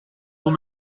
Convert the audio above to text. vous